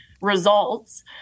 results